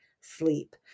sleep